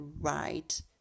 right